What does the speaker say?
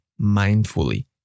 mindfully